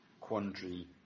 quandary